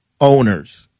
owners